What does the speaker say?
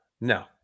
no